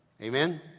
Amen